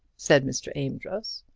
said mr. amedroz.